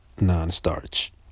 non-starch